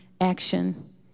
action